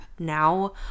now